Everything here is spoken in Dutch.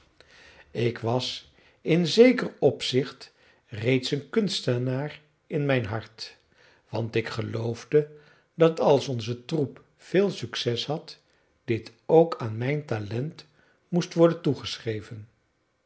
ik was in zeker opzicht reeds een kunstenaar in mijn hart want ik geloofde dat als onze troep veel succes had dit ook aan mijn talent moest worden